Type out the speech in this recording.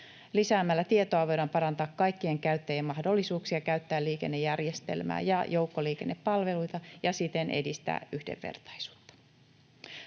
Lisäämällä tietoa voidaan parantaa kaikkien käyttäjien mahdollisuuksia käyttää liikennejärjestelmää ja joukkoliikennepalveluita ja siten edistää yhdenvertaisuutta.